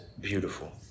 beautiful